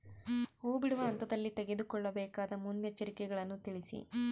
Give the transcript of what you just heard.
ಹೂ ಬಿಡುವ ಹಂತದಲ್ಲಿ ತೆಗೆದುಕೊಳ್ಳಬೇಕಾದ ಮುನ್ನೆಚ್ಚರಿಕೆಗಳನ್ನು ತಿಳಿಸಿ?